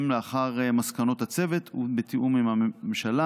לאחר מסקנות הצוות ובתיאום עם הממשלה,